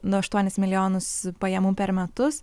nuo aštuonis milijonus pajamų per metus